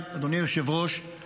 אדוני היושב-ראש,